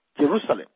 Jerusalem